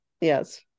yes